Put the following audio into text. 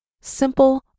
simple